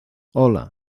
hola